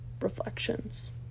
reflections